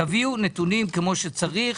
תביאו נתונים כמו שצריך,